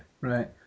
right